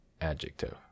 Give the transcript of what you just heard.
adjective